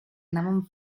anàvem